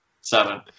Seven